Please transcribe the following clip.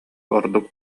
ордук